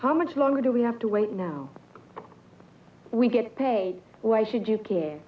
how much longer do we have to wait now we get paid why should you care